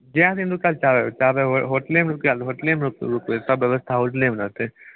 जहि दिन रूकै लऽ चाहबै चाहबै हो होटलेमे रूकैलऽ होटलेमे रूक रूकबै सब बेबस्था होटलेमे रहतै